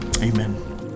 amen